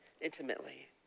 intimately